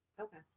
Okay